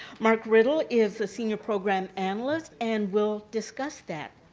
mark riddle is a senior program analyst and will discuss that.